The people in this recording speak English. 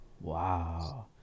Wow